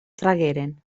tragueren